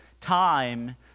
time